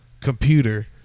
computer